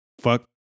fuck